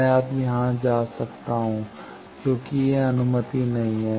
मैं अब यहाँ जा सकते हैं क्योंकि यह अनुमति नहीं है